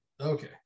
Okay